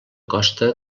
costa